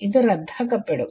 ഇത് റദ്ധാക്കപ്പെടും